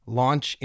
launch